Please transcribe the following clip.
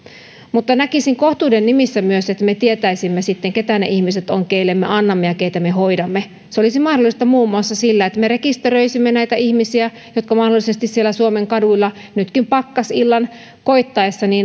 mutta näkisin kohtuuden nimissä myös että me tietäisimme sitten keitä ovat ne ihmiset keille me annamme ja keitä me hoidamme se olisi mahdollista muun muassa sillä että me rekisteröisimme näitä ihmisiä jotka mahdollisesti siellä suomen kaduilla nytkin pakkasillan koittaessa